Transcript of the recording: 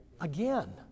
again